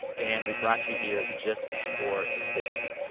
dan, we brought you here just for this.